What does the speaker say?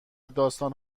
داستان